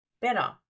better